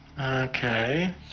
Okay